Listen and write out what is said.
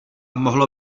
mohlo